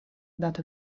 dato